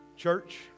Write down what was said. Church